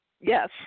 Yes